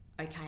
okay